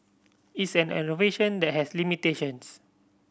it's an innovation that has limitations